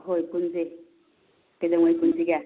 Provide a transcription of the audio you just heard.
ꯍꯣꯏ ꯄꯨꯟꯁꯦ ꯀꯩꯗꯧꯉꯩ ꯄꯨꯟꯁꯤꯒꯦ